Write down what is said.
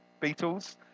Beatles